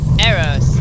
Arrows